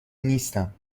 نیستم